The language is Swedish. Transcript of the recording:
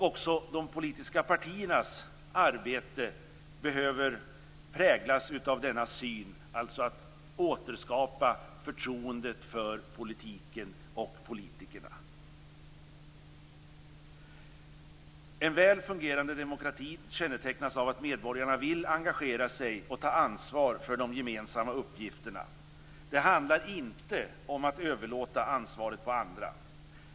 Också de politiska partiernas arbete behöver präglas av denna syn, alltså att återskapa förtroendet för politiken och politikerna. En väl fungerande demokrati kännetecknas av att medborgarna vill engagera sig och ta ansvar för de gemensamma uppgifterna. Det handlar inte om att överlåta ansvaret på andra.